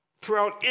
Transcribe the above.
throughout